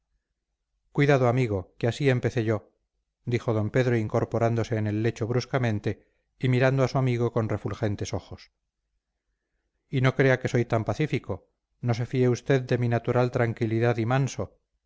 cuidado amigo que así empecé yo dijo d pedro incorporándose en el lecho bruscamente y mirando a su amigo con refulgentes ojos y no crea que soy tan pacífico no se fíe usted de mi natural tranquilidad y manso